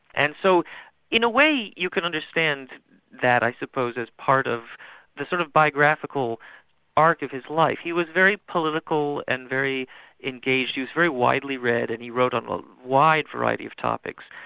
and so in a way you can understand that i suppose as part of the sort of biographical arc of his life. he was very political and very engaged. he was very widely read and he wrote on a wide variety of topics.